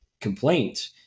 complaint